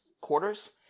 quarters